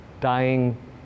dying